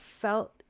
felt